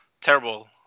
Terrible